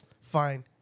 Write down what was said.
fine